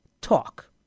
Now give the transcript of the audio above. talk